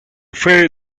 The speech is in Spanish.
fue